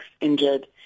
injured